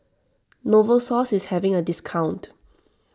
Novosource is having a discount